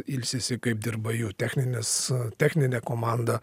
ilsisi kaip dirba jų techninis techninė komanda